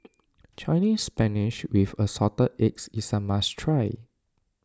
Chinese Spinach with Assorted Eggs is a must try